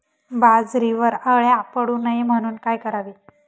बाजरीवर अळ्या पडू नये म्हणून काय करावे?